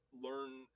learn